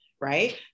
Right